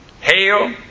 hail